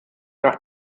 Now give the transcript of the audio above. nach